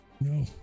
No